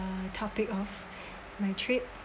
uh topic of my trip